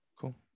cool